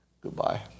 Goodbye